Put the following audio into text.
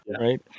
right